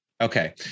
Okay